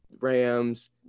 Rams